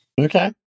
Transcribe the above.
Okay